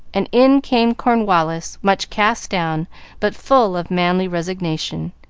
and in came cornwallis, much cast down but full of manly resignation,